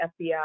FBI